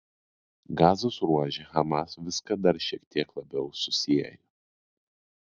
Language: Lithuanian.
gazos ruože hamas viską dar šiek tiek labiau susiejo